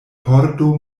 pordo